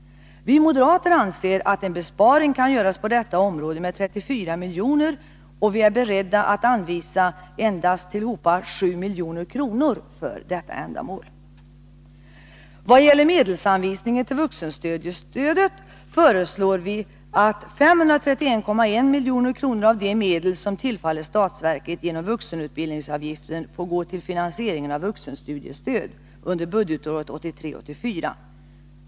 Vi moderater anser att en besparing med 34 milj.kr. kan göras på detta område, och vi är beredda att anvisa endast sammanlagt 7 milj.kr. för ändamålet. Vad gäller medelsanvisningen till vuxenstudiestödet föreslår vi att 531,1 milj.kr. av de medel som tillfaller statsverket genom vuxenutbildningsavgiften får gå till finansieringen av vuxenstudiestöd under budgetåret 1983/84.